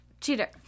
Cheater